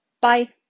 Bye